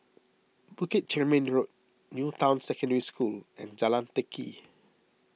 Bukit Chermin Road New Town Secondary School and Jalan Teck Kee